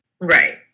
right